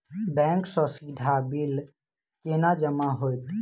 Bank सँ सीधा bill केना जमा होइत?